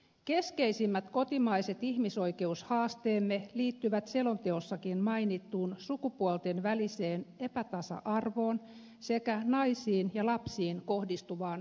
keskeisimmät kotimaiset ihmisoikeushaasteemme liittyvät selonteossakin mainittuun sukupuolten väliseen epätasa arvoon sekä naisiin ja lapsiin kohdistuvaan väkivaltaan